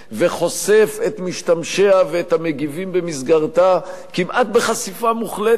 וחושף את משתמשיה ואת המגיבים במסגרתה כמעט בחשיפה מוחלטת,